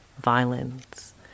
violence